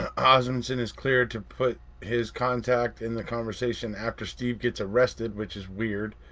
osmunson is clear to put his contact in the conversation after steve gets arrested, which is weird.